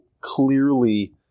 clearly